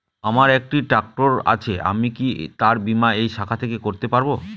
আমার একটি ট্র্যাক্টর আছে আমি কি তার বীমা এই শাখা থেকে করতে পারব?